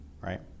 right